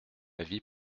avis